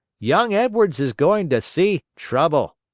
young edwards is going to see trouble.